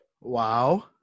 Wow